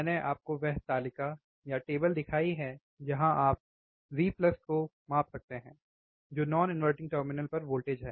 मैंने आपको वह तालिका दिखाई है जहां आप V को माप सकते हैं जो नॉन इन्वर्टिंग टर्मिनल पर वोल्टेज है